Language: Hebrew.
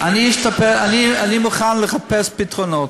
אני מוכן לחפש פתרונות.